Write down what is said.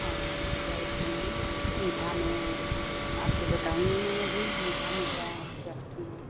और क्या बोलते हैं मीठा में आप तो बताएंगी नहीं अभी मीठा में क्या क्या रखी हैं